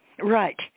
Right